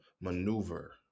maneuver